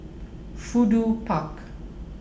Fudu Park